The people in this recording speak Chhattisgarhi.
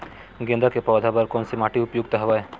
गेंदा के पौधा बर कोन से माटी उपयुक्त हवय?